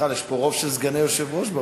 יש פה רוב של סגני יושבי-ראש באולם.